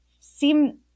seem